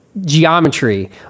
geometry